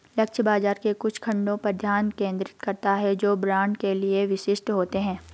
लक्ष्य बाजार केवल कुछ खंडों पर ध्यान केंद्रित करता है जो ब्रांड के लिए विशिष्ट होते हैं